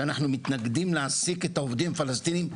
שאנחנו מתנגדים להעסיק את העובדים הפלסטינים,